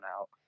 out